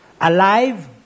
Alive